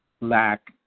lack